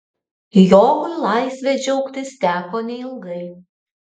jogui laisve džiaugtis teko neilgai